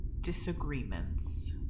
disagreements